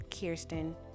kirsten